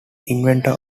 inventor